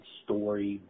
story